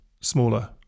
smaller